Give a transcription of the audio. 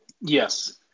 Yes